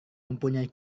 mempunyai